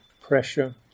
pressure